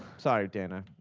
sorry, dana.